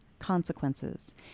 consequences